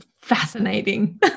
fascinating